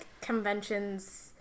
conventions